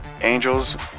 angels